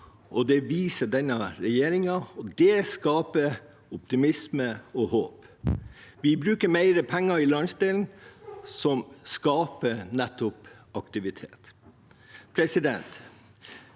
det viser denne regjeringen. Det skaper optimisme og håp. Vi bruker mer penger i landsdelen, og det skaper nettopp aktivitet. Vi